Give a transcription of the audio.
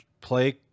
play